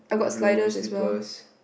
blue slippers